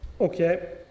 Okay